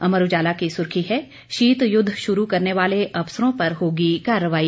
अमर उजाला की सुर्खी है शीतयुद्ध शुरू करने वाले अफसरों पर होगी कार्रवाई